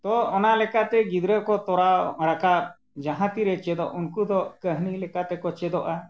ᱛᱚ ᱚᱱᱟ ᱞᱮᱠᱟᱛᱮ ᱜᱤᱫᱽᱨᱟᱹ ᱠᱚ ᱛᱚᱨᱟᱣ ᱨᱟᱠᱟᱵ ᱡᱟᱦᱟᱸ ᱛᱤᱨᱮ ᱪᱮᱫᱚᱜ ᱩᱱᱠᱩ ᱫᱚ ᱠᱟᱹᱦᱱᱤ ᱞᱮᱠᱟᱛᱮ ᱠᱚ ᱪᱮᱫᱚᱜᱼᱟ